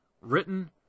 written